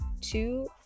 two